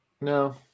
No